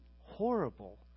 horrible